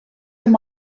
amb